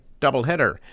doubleheader